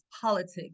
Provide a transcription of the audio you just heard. politics